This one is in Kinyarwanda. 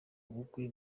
ubukwe